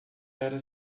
era